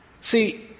See